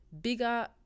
bigger